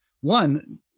One